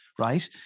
right